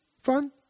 Fun